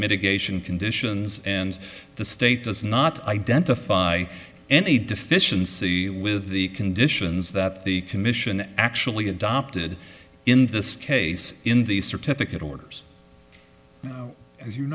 gation conditions and the state does not identify any deficiency with the conditions that the commission actually adopted in this case in the certificate orders as you